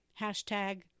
Hashtag